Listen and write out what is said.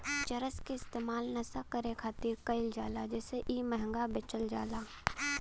चरस के इस्तेमाल नशा करे खातिर कईल जाला जेसे इ महंगा बेचल जाला